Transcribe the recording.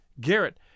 Garrett